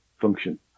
function